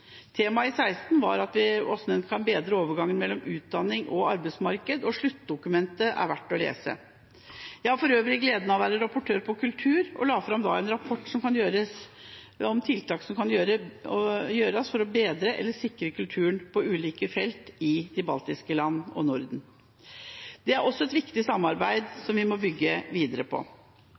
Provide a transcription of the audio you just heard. i 2016 var hvordan en kan bedre overgangen mellom utdanning og arbeidsmarked, og sluttdokumentet er verdt å lese. Jeg har for øvrig gleden av å være rapportør på kulturfeltet og la fram en rapport om tiltak som kan gjøres for å bedre eller sikre kulturen på ulike felt i de baltiske land og i Norden. Det er også et viktig samarbeid som vi må bygge videre på.